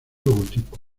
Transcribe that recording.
logotipo